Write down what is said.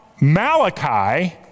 Malachi